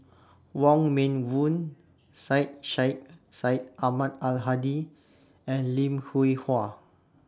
Wong Meng Voon Syed Sheikh Syed Ahmad Al Hadi and Lim Hwee Hua